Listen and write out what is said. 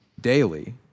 daily